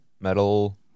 metal